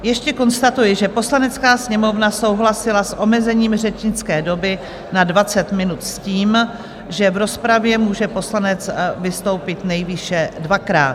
Ještě konstatuji, že Poslanecká sněmovna souhlasila s omezením řečnické doby na 20 minut s tím, že v rozpravě může poslanec vystoupit nejvýše dvakrát.